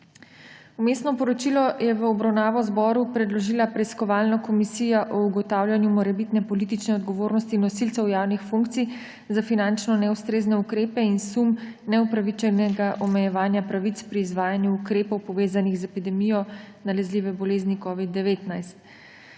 Vmesno poročilo je v obravnavo zboru predložila Preiskovalna komisija o ugotavljanju morebitne politične odgovornosti nosilcev javnih funkcij za finančno neustrezne ukrepe in sum neupravičenega omejevanja pravic pri izvajanju ukrepov, povezanih z epidemijo nalezljive bolezni covida-19.